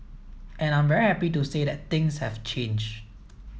and I'm very happy to say that things have changed